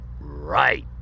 Right